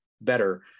better